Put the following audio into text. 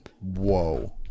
Whoa